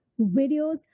videos